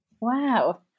wow